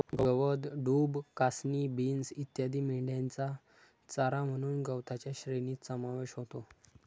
गवत, डूब, कासनी, बीन्स इत्यादी मेंढ्यांचा चारा म्हणून गवताच्या श्रेणीत समावेश होतो